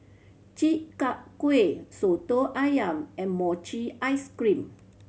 Chi Kak Kuih Soto Ayam and mochi ice cream